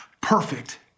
perfect